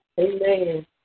Amen